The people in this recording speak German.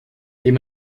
den